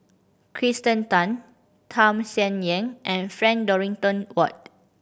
Kirsten Tan Tham Sien Yen and Frank Dorrington Ward